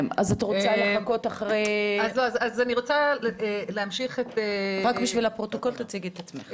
רק בשביל הפרוטוקול תציגי את עצמך.